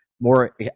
more